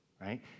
right